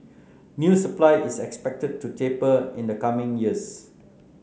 new supply is expected to taper in the coming years